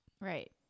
Right